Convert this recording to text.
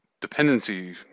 dependency